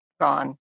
gone